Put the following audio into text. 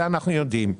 את זה אנחנו יודעים.